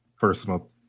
personal